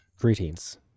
Greetings